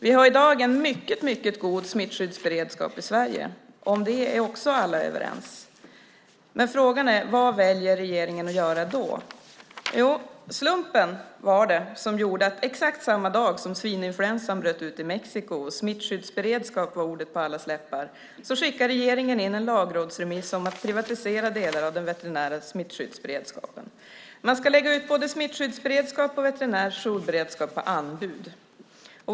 Vi har i dag en mycket god smittskyddsberedskap i Sverige. Om det är också alla överens. Frågan är: Vad väljer regeringen att göra då? Slumpen gjorde att exakt samma dag som svininfluensan bröt ut i Mexiko och smittskyddsberedskap var på allas läppar skickade regeringen in en lagrådsremiss om att privatisera delar av den veterinära smittskyddsberedskapen. Man ska lägga ut både smittskyddsberedskap och veterinär jourberedskap på anbud.